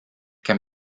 can